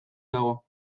dago